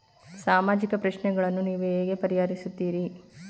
ಸಾಮಾಜಿಕ ಪ್ರಶ್ನೆಗಳನ್ನು ನೀವು ಹೇಗೆ ಪರಿಹರಿಸುತ್ತೀರಿ?